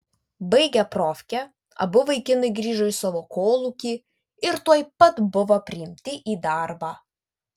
baigę profkę abu vaikinai grįžo į savo kolūkį ir tuoj pat buvo priimti į darbą